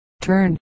Turn